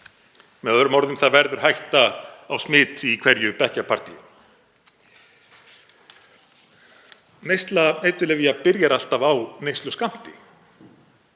Með öðrum orðum, það verður hætta á smiti í hverju bekkjarpartí. Neysla eiturlyfja byrjar alltaf á neysluskammti